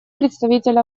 представитель